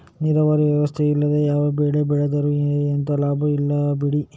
ನೀರಾವರಿ ವ್ಯವಸ್ಥೆ ಇಲ್ಲದೆ ಯಾವ ಬೆಳೆ ಬೆಳೆದ್ರೂ ಎಂತ ಲಾಭ ಇಲ್ಲ ಬಿಡಿ